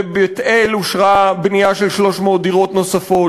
בבית-אל אושרה בנייה של 300 דירות נוספות,